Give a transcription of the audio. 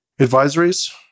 Advisories